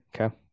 Okay